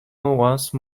once